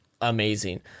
amazing